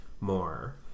more